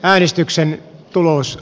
äänestyksen tulos